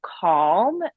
calm